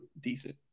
decent